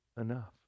enough